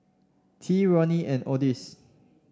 Tea Ronnie and Odis